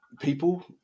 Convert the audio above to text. people